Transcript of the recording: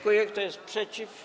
Kto jest przeciw?